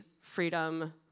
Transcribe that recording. freedom